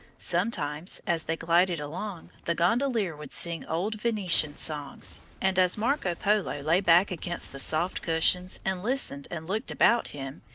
sometimes, as they glided along, the gondolier would sing old venetian songs and as marco polo lay back against the soft cushions and listened and looked about him,